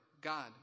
God